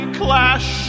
clash